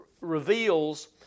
reveals